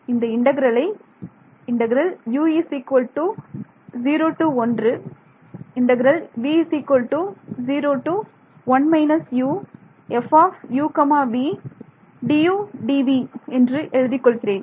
இந்த இன்டெக்ரலை என்று எழுதிக் கொள்கிறேன்